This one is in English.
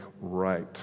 right